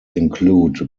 include